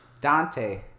Dante